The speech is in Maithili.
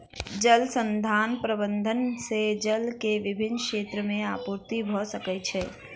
जल संसाधन प्रबंधन से जल के विभिन क्षेत्र में आपूर्ति भअ सकै छै